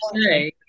say